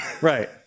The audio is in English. right